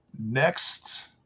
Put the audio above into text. next